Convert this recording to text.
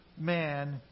man